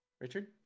Richard